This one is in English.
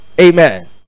amen